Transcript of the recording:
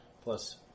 Plus